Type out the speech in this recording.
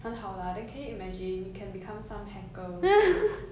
很好 lah then can you imagine you can become some hacker also